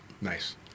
Nice